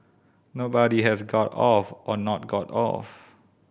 nobody has got off or not got off